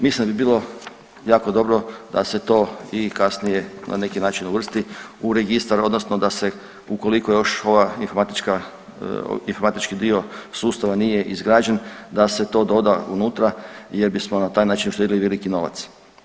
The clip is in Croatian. Mislim da bi bilo jako dobro da se to i kasnije na neki način uvrsti u registar odnosno da se ukoliko još ova informatička, informatički dio sustava nije izgrađen da se to doda unutra jer bismo na taj način uštedjeli veliki novac.